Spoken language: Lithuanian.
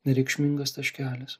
nereikšmingas taškelis